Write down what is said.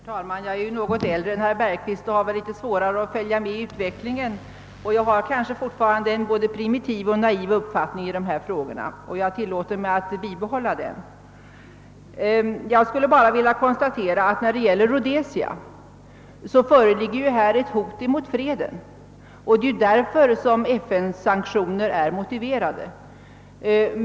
Herr talman! Jag är ju något äldre än herr Bergqvist och har väl litet svårare att följa med i utvecklingen, och jag har kanske fortfarande en både primitiv och naiv uppfattning i dessa frågor. Jag tillåter mig också att bibehålla den. Jag vill konstatera att när det gäller Rhodesia, så föreligger ett hot mot freden, och det är därför som FN:s sanktioner är motiverade.